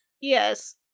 Yes